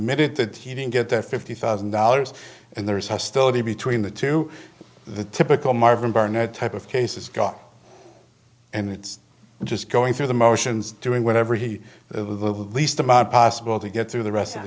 minute that he didn't get the fifty thousand dollars and there is hostility between the two the typical marvin barnett type of case is got and it's just going through the motions doing whatever he the least amount possible to get through the rest of